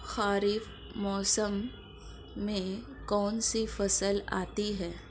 खरीफ मौसम में कौनसी फसल आती हैं?